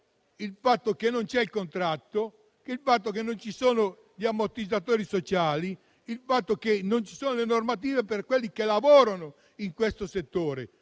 soprattutto che non c'è il contratto, non ci sono gli ammortizzatori sociali, non ci sono le normative per quanti lavorano in tale settore.